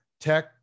tech